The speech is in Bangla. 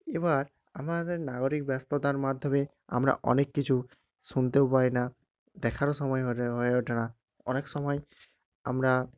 এবার আমাদের নাগরিক ব্যস্ততার মাধ্যমে আমরা অনেক কিছু শুনতেও পাই না দেখারও সময় হয়ে ওঠে না অনেক সময় আমরা